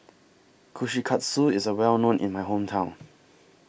Kushikatsu IS A Well known in My Hometown